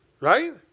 right